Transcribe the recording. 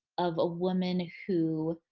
of a woman who